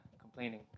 complaining